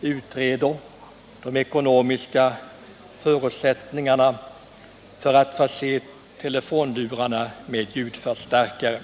i uppdrag att utreda de ekonomiska förutsättningarna för att förse telefonlurarna med ljudförstärkare.